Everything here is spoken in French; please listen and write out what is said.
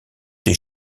des